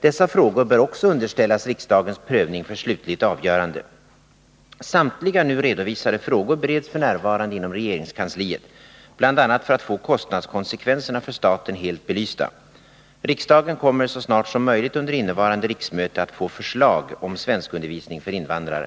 Dessa frågor bör också underställas riksdagens prövning för slutligt avgörande. Samtliga nu redovisade frågor bereds f. n. inom regeringskansliet, bl.a. för att få kostnadskonsekvenserna för staten helt belysta. Riksdagen kommer så snart som möjligt under innevarande riksmöte att få förslag om svenskundervisning för invandrare.